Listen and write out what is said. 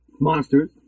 Monsters